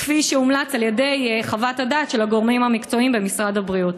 כפי שהומלץ בחוות הדעת של הגורמים המקצועיים במשרד הבריאות?